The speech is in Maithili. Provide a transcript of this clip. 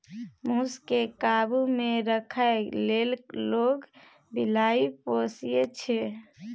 मुस केँ काबु मे राखै लेल लोक बिलाइ पोसय छै